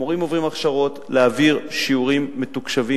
המורים עוברים הכשרות להעביר שיעורים מתוקשבים,